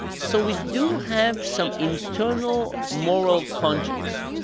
so we do have some internal moral conscience.